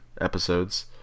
episodes